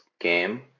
game